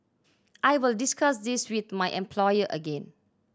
I will discuss this with my employer again